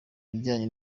bijyanye